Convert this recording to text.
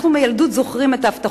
אנחנו מילדות זוכרים את ההבטחות,